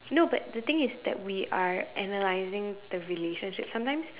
no but the thing is that we are analyzing the relationship sometimes